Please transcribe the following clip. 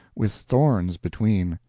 with thorns between!